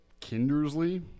Kindersley